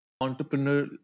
entrepreneur